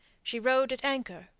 she rode at anchor,